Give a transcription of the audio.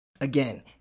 again